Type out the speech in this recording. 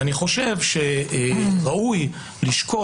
ראוי לשקול,